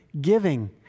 giving